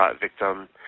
victim